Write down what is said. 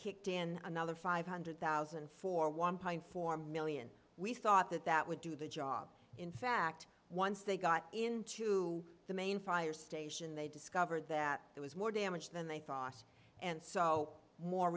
kicked in another five hundred thousand for one point four million we thought that that would do the job in fact once they got into the main fire station they discovered that there was more damage than they thought and so more